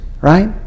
right